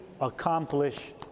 accomplish